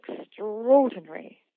extraordinary